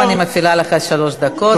מעכשיו אני מפעילה לך שלוש דקות שלך.